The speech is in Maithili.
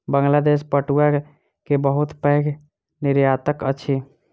बांग्लादेश पटुआ के बहुत पैघ निर्यातक अछि